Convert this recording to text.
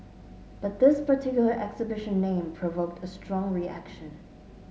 but this particular exhibition name provoked a strong reaction